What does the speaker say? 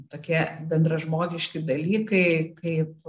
tokie bendražmogiški dalykai kaip